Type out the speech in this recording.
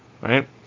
right